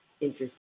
interesting